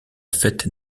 fête